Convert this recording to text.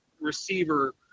receiver